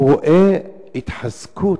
הוא רואה התחזקות,